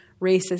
racist